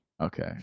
okay